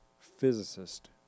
physicist